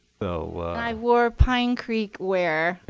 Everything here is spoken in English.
so i wore pine creek wear,